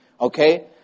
Okay